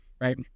Right